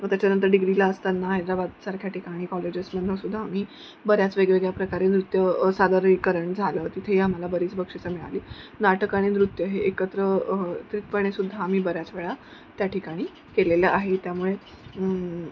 त्याच्यानंतर डिग्रीला असताना हैद्राबादसारख्या ठिकाणी कॉलेजेसमधूनसुद्धा आम्ही बऱ्याच वेगवेगळ्या प्रकारे नृत्य सादरीकरण झालं तिथेही आम्हाला बरीच बक्षिसं मिळाली नाटक आणि नृत्य हे एकत्रएकत्रितपणेसुद्धा आम्ही बऱ्याच वेळा त्या ठिकाणी केलेलं आहे त्यामुळे